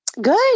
Good